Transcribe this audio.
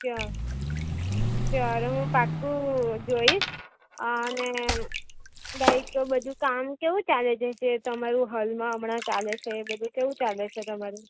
ત્યાં ત્યારે હું પાકું જોઈશ અને રાઈટ તો બધું કામ કેવું ચાલે છે જે તમારું હાલમાં હમણાં ચાલે છે એ બધું કેવું ચાલે છે તમારું